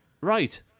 right